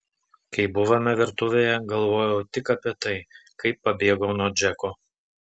kai buvome virtuvėje galvojau tik apie tai kaip pabėgau nuo džeko